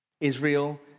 Israel